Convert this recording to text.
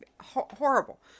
Horrible